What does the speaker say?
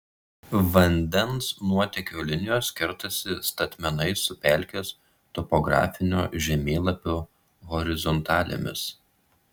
vandens nuotėkio linijos kertasi statmenai su pelkės topografinio žemėlapio horizontalėmis